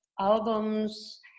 albums